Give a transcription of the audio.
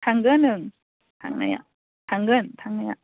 थांगोन ओं थांनाया थांगोन थांनाया